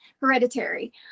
hereditary